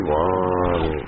one